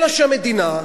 אלא שהמדינה,